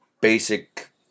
basic